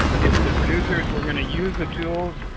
if the producers were going to use the tools,